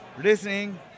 listening